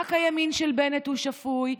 רק הימין של בנט הוא שפוי.